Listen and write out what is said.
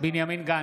בנימין גנץ,